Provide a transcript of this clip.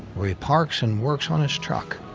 where he parks and works on his truck.